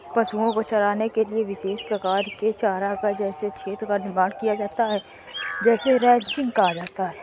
पशुओं को चराने के लिए विशेष प्रकार के चारागाह जैसे क्षेत्र का निर्माण किया जाता है जिसे रैंचिंग कहा जाता है